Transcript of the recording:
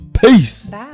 peace